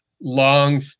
long